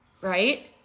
Right